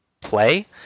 play